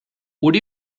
would